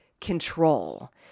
control